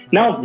Now